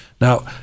Now